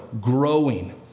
growing